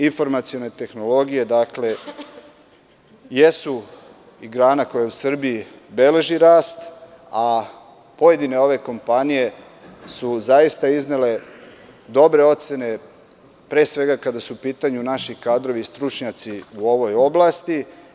Informacione tehnologije, dakle, jesu grana koja u Srbiji beleži rast, a pojedine ove kompanije su zaista iznele dobre ocene, pre svega kada su u pitanju naši kadrovi i stručnjaci u ovoj oblasti.